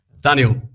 Daniel